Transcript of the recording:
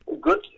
Good